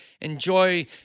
Enjoy